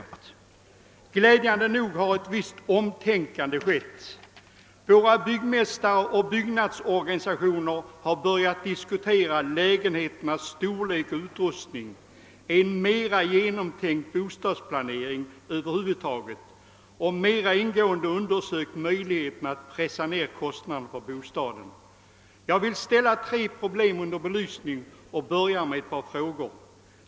Glädjande nog har ett visst omtänkande skett. Våra byggmästare och byggnadsorganisationer har börjat diskutera lägenheternas storlek och utrustning, det har blivit en mera genomtänkt bostadsplanering över huvud taget och man har mera ingående undersökt möjligheterna att pressa ner kostnaderna för bostaden. Jag vill ställa tre problem under belysning och jag börjar då med ett par frågor.